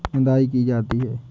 निदाई की जाती है?